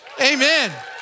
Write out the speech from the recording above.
Amen